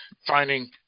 finding